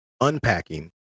unpacking